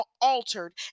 altered